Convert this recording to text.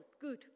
good